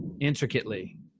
intricately